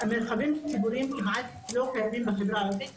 המרחבים הציבוריים כמעט לא קיימים בחברה הערבית,